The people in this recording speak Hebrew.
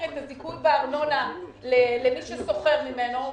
את הזיכוי בארנונה למי ששוכר ממנו.